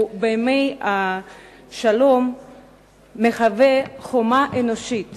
ובימי שלום מהווה חומה אנושית